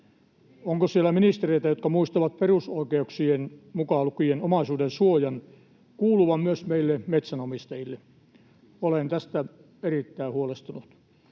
Onko siellä ministereitä, jotka muistavat perusoikeuksien, mukaan lukien omaisuudensuojan, kuuluvan myös meille metsänomistajille? Olen tästä erittäin huolestunut.